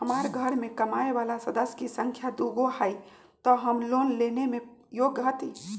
हमार घर मैं कमाए वाला सदस्य की संख्या दुगो हाई त हम लोन लेने में योग्य हती?